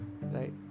right